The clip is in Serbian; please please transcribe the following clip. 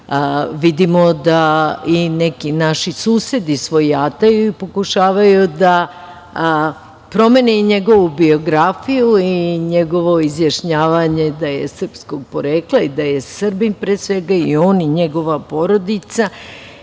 vidimo da i neki naši susedi svojataju i pokušavaju da promene njegovu biografiju i njegovo izjašnjavanje da je srpskog porekla i da je Srbin, pre svega i on i njegova porodica. Danas